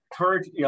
third